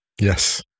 Yes